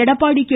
Edappadi K